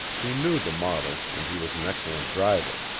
he knew the model, and he was an excellent driver.